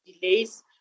delays